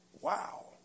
Wow